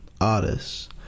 artists